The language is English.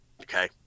Okay